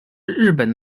日本